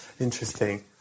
Interesting